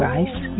Rice